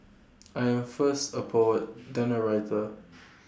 I am first A poet then A writer